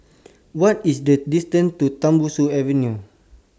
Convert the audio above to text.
What IS The distance to Tembusu Avenue